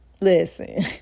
listen